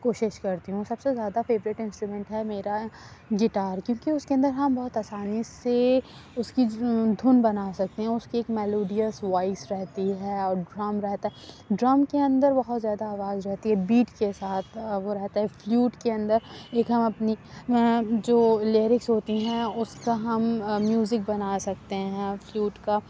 کوشش کرتی ہوں سب سے زیادہ فیوریٹ اسٹرومینٹ ہے میرا گٹار کیوں کہ اس کے اندر ہم بہت آسانی سے اس کی دھن بنا سکتے ہیں اس کی ایک میلوڈیس وائس رہتی ہے اور ڈرم رہتا ہے ڈرم کے اندر بہت زیادہ آواز رہتی ہے بیٹ کے ساتھ وہ رہتا ہے فلوٹ کے اندر ایک ہم اپنی جو لیرکس ہوتی ہیں اس کا ہم میوزک بنا سکتے ہیں فلوٹ کا